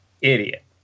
idiot